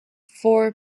four